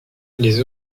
les